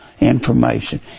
information